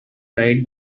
night